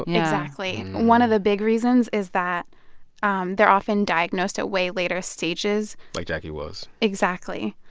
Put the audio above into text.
exactly. and one of the big reasons is that um they're often diagnosed at way later stages like jackie was exactly.